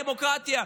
דמוקרטיה,